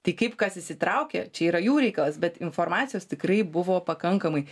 tai kaip kas įsitraukė čia yra jų reikalas bet informacijos tikrai buvo pakankamai